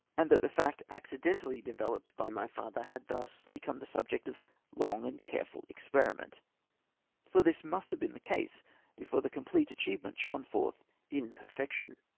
and that the fact accidentally developed by my father had thus become the subject of long and careful experiment for this must have been the case before the complete achievement shone forth in perfection.